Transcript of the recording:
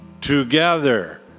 Together